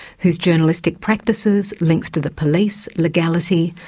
whose journalistic practices, links to the police, legality,